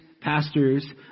pastors